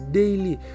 daily